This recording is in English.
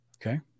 Okay